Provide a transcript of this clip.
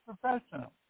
professional